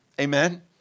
Amen